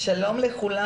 שלום לכולם.